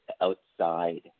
outside